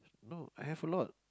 no I have a lot